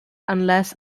unless